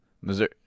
Missouri